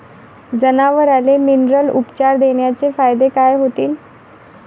जनावराले मिनरल उपचार देण्याचे फायदे काय होतीन?